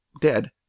Dead